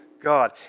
God